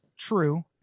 true